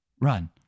Run